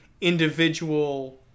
individual